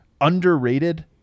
underrated